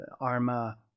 arma